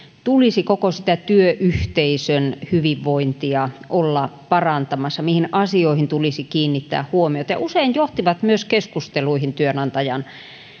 tulisi koko työyhteisön hyvinvointia olla parantamassa mihin asioihin tulisi kiinnittää huomiota ja usein ne johtivat myös keskusteluihin työnantajan